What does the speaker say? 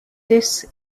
this